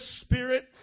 Spirit